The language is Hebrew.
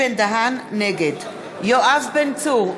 נגד יואב בן צור,